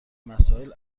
مسائل